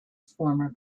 former